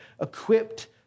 equipped